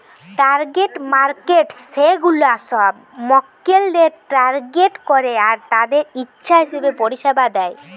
target markets সেগুলা সব মক্কেলদের টার্গেট করে আর তাদের ইচ্ছা হিসাবে পরিষেবা দেয়